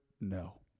No